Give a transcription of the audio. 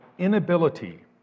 inability